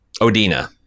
Odina